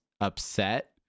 upset